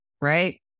right